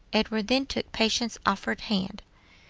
edward then took patience's offered hand.